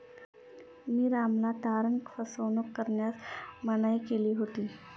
मी रामला तारण फसवणूक करण्यास मनाई केली होती